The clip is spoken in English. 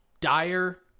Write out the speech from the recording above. Dire